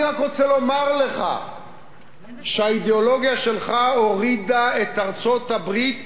אני רק רוצה לומר לך שהאידיאולוגיה שלך הורידה את ארצות-הברית